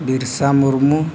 Birsa Murmu